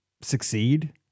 succeed